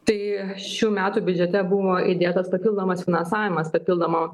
tai šių metų biudžete buvo įdėtas papildomas finansavimas papildomom